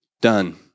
done